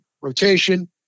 rotation